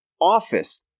office